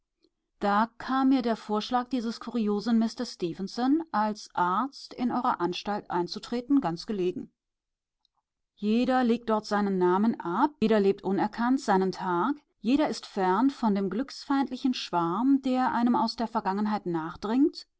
da kam mir der vorschlag dieses kuriosen mister stefenson als arzt in eure anstalt einzutreten ganz gelegen jeder legt dort seinen namen ab jeder lebt unerkannt seinen tag jeder ist fern von dem glücksfeindlichen schwarm der einem aus der vergangenheit